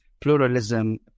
pluralism